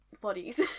bodies